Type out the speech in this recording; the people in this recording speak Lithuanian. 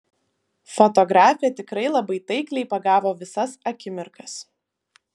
fotografė tikrai labai taikliai pagavo visas akimirkas